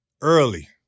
early